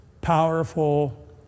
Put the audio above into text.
powerful